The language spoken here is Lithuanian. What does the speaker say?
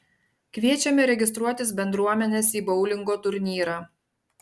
kviečiame registruotis bendruomenes į boulingo turnyrą